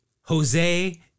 Jose